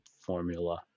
formula